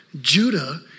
Judah